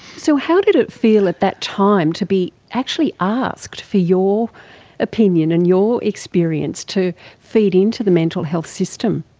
so how did it feel at that time to be actually asked for your opinion and your experience to feed into the mental health system?